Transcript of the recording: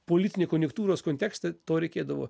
politinio konjuktūros kontekste to reikėdavo